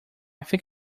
think